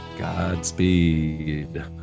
Godspeed